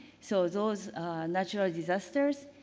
so, those natural disasters.